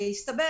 והסתבר